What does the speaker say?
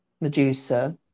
Medusa